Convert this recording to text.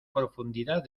profundidad